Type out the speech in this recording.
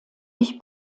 ich